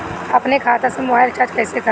अपने खाता से मोबाइल रिचार्ज कैसे करब?